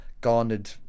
garnered